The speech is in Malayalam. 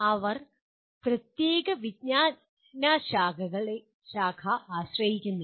അവർ പ്രത്യേക വിജ്ഞാനശാഖ ആശ്രയിക്കുന്നില്ല